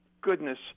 goodness